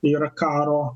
ir karo